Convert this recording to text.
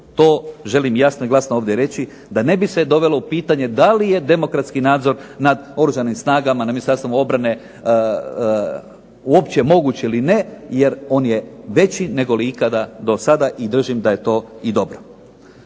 to želim glasno i jasno reći da se ne bi dovelo u pitanje da li je demokratski nadzor nad Oružanim snagama i Ministarstvu obrane uopće moguć ili ne jer on je veći nego li ikada do sada i držim da je to dobro.